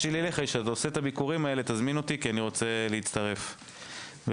ושתזמין אותי לביקורים האלה כי אני רוצה להצטרף אליהם.